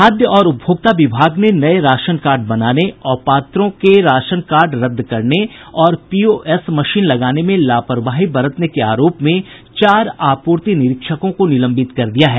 खाद्य और उपभोक्ता विभाग ने नये राशन कार्ड बनाने अपात्रों के राशन कार्ड रद्द करने और पीओएस मशीन लगाने में लापरवाही बरतने के आरोप में चार आपूर्ति निरीक्षकों को निलंबित कर दिया है